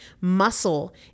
Muscle